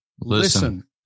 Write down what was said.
Listen